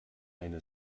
eine